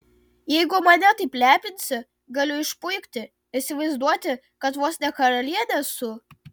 jeigu mane taip lepinsi galiu išpuikti įsivaizduoti kad vos ne karalienė esu